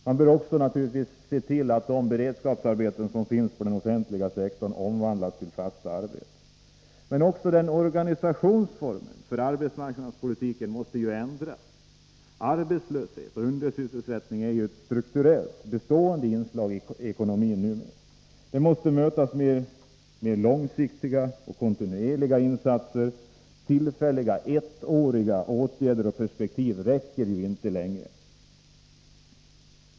Men naturligtvis måste vi också se till att de beredskapsarbeten som finns inom den offentliga sektorn omvandlas till fasta arbeten. Också organisationsformen för arbetsmarknadspolitiken måste ändras. Arbetslöshet och undersysselsättning är ju strukturella, bestående inslag i ekonomin numera. De måste mötas med långsiktiga och kontinuerliga insatser. Tillfälliga, ettåriga åtgärder och perspektiv räcker inte längre.